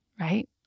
right